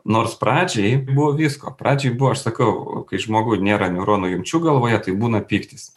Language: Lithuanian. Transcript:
nors pradžiai buvo visko pradžioj buvo aš sakau kai žmogui nėra neuronų jungčių galvoje tai būna pyktis